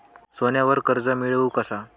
सोन्यावर कर्ज मिळवू कसा?